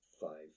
five